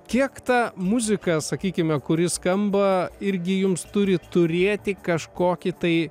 kiek ta muzika sakykime kuri skamba irgi jums turi turėti kažkokį tai